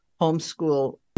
homeschool